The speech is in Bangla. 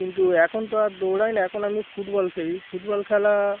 কিন্তু এখন তো আর দৌড়াই না এখন আমি ফুটবল খেলা ফুটবল খেলা